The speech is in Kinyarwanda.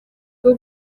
bwo